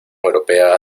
europea